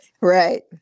right